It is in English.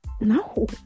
No